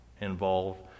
involved